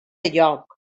lloc